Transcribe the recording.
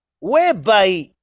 whereby